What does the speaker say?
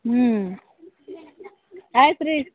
ಹ್ಞೂಆಯ್ತು ರೀ